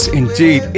indeed